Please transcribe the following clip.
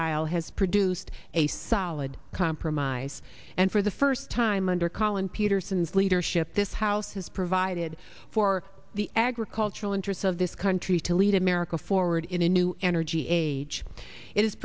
aisle has produced a solid compromise and for the first time under collin peterson's leadership this house has provided for the agricultural interests of this country to lead america forward in a new energy age it has